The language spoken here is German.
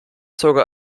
sogar